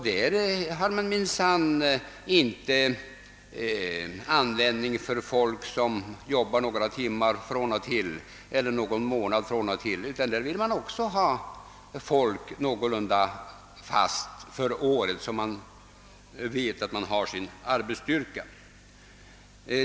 Där har man minsann inte användning för folk som jobbar några timmar från och till eller någon månad från och till, utan där vill man också ha folk någorlunda fast för året, så att man vet att man har sin arbetsstyrka.